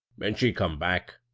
when she come back,